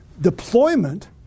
deployment